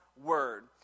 word